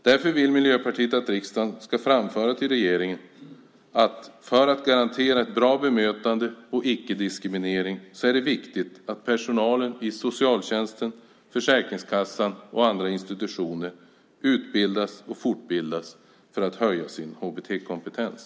Därför vill Miljöpartiet att riksdagen ska framföra till regeringen att det, för att garantera ett bra bemötande och icke-diskriminering, är viktigt att personalen i socialtjänsten, Försäkringskassan och andra institutioner utbildas och fortbildas för att höja sin HBT-kompetens.